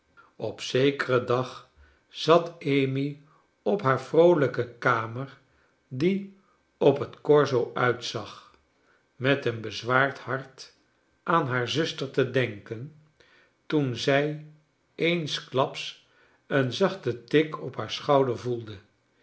op zekeren dag zat amy op haar vroolijke kamer die op het corsd uitzag met een bezwaard hart aan haar zuster te denken toen zij eensklaps een zachten tik op haar schouder voelde